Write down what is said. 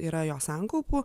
yra jo sankaupų